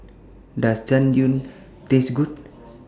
Does Jian Dui Taste Good